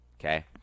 okay